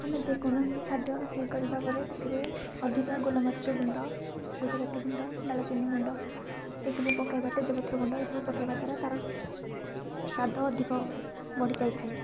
ଆମେ ଯେକୌଣସି ଖାଦ୍ୟ ରୋଷେଇ କରିବା ପରେ ସେଥିରେ ଅଧିକା ଗୋଲମରିଚ ଗୁଣ୍ଡ ଗୁଜୁରାତି ଗୁଣ୍ଡ ଡାଳଚିନି ଗୁଣ୍ଡ ଏସବୁ ପକେଇବା ତେଜପତ୍ର ଗୁଣ୍ଡ ଏସବୁ ପକେଇବା ଦ୍ୱାରା ତାର ସ୍ୱାଦ ଅଧିକ ବଢ଼ିଯାଇଥାଏ